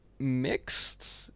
mixed